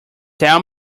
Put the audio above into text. tell